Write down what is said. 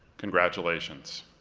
congratulations.